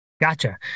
gotcha